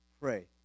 Pray